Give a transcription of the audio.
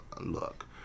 look